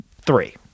three